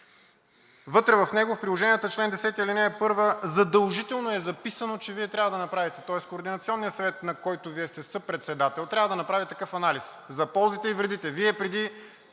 вътре в него в Приложенията на чл. 10, ал. 1 задължително е записано, че Вие трябва да направите, тоест координационният съвет, на който сте съпредседател, трябва да направи такъв анализ за ползите и вредите. Преди